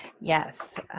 Yes